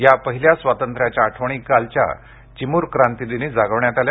या पहिल्या स्वातंत्र्याच्या आठवणी कालच्या चिमूर क्रांती दिनी जागवण्यात आल्या